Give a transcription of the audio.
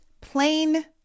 plain